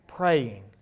praying